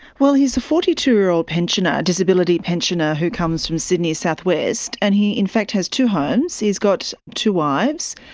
well, he is a forty two year old disability pensioner who comes from sydney's southwest, and he in fact has two homes, he's got two wives,